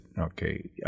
okay